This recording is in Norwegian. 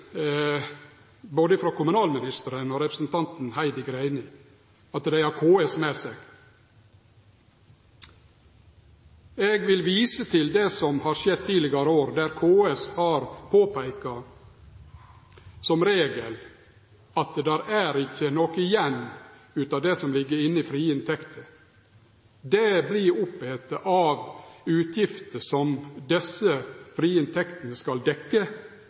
kommunalministeren og representanten Heidi Greni at dei har KS med seg. Eg vil vise til det som har skjedd tidlegare år, der KS har påpeika, som regel, at det ikkje er noko igjen av det som ligg inne i frie inntekter. Det vert oppete av utgifter som desse frie inntektene skal